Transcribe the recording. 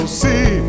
see